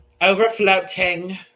Overflowing